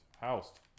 Housed